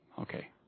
Okay